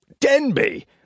Denby